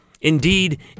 Indeed